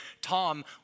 Tom